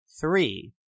Three